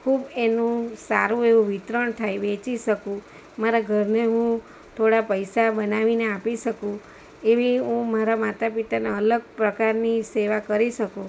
ખૂબ એનું સારું એવું વિતરણ થાય વેચી શકું મારા ઘરને હું થોડા પૈસા બનાવીને આપી શકું એવી હું મારા માતા પિતાને અલગ પ્રકારની સેવા કરી શકું